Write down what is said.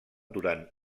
durant